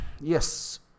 Yes